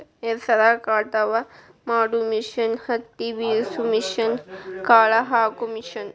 ಹೆಸರ ಕಟಾವ ಮಾಡು ಮಿಷನ್ ಹತ್ತಿ ಬಿಡಸು ಮಿಷನ್, ಕಾಳ ಹಾಕು ಮಿಷನ್